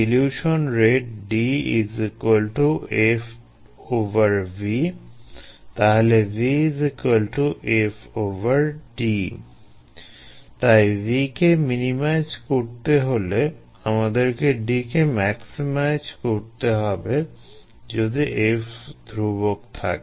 dilution rate D FV তাহলে V FD তাই V কে মিনিমাইজ করতে হলে আমাদেরকে D কে ম্যাক্সিমাইজ করতে হবে যদি F ধ্রুবক থাকে